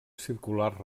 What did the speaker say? circular